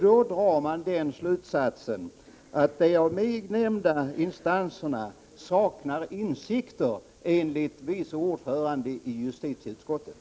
Då drar man den slutsatsen att de av mig nämnda instanserna saknar insikter enligt vice ordföranden i justitieutskottet.